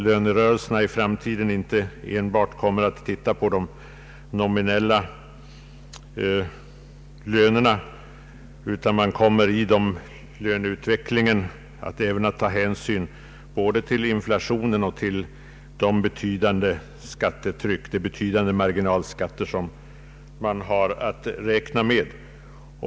Lönerörelserna kommer i framtiden att i ökad utsträckning influeras av såväl inflationen som de betydande marginalskatter man har att räkna med.